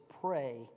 pray